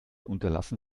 unterlassen